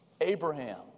Abraham